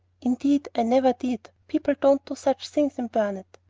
indeed i never did. people don't do such things in burnet.